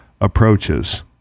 approaches